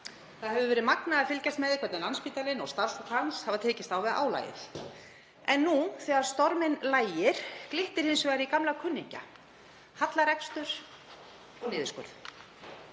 Það hefur verið magnað að fylgjast með því hvernig Landspítalinn og starfsfólk hans hafa tekist á við álagið. En nú þegar storminn lægir glittir hins vegar í gamla kunningja, hallarekstur og niðurskurð.